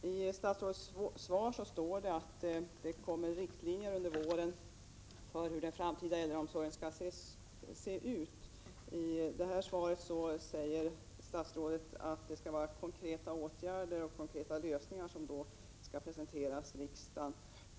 I statsrådets svar står att riktlinjerna för hur äldreomsorgen skall se ut i framtiden kommer att presenteras till våren. I sitt senaste inlägg sade statsrådet att konkreta åtgärder och konkreta lösningar då skall presenteras riksdagen.